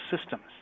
systems